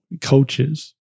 coaches